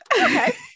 Okay